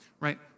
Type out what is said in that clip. right